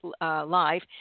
live